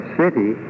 city